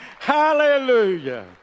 Hallelujah